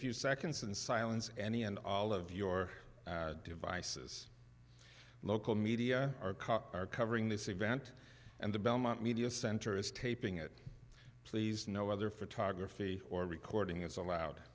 few seconds in silence any and all of your devices local media are covering this event and the belmont media center is taping it please no other photography or recording is allowed